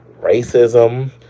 racism